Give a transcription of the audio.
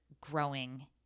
growing